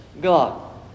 God